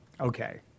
Okay